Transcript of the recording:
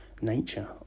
nature